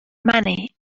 money